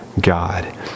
God